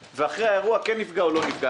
ואחרי כן העסק כן נפגע או לא נפגע.